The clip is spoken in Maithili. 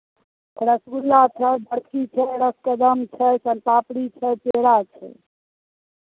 रसगुल्ला छै बर्फी छै रसकदम्ब छै सोनपापड़ी छै पेड़ा छै